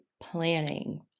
Planning